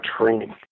training